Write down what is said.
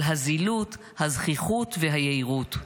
על הזילות, הזחיחות והיהירות.